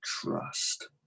trust